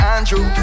Andrew